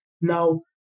Now